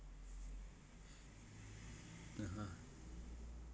(uh huh)